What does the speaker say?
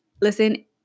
listen